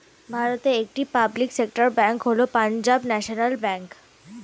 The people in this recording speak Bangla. ভারতের একটি পাবলিক সেক্টর ব্যাঙ্ক হল পাঞ্জাব ন্যাশনাল ব্যাঙ্ক